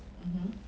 mmhmm